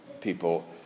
people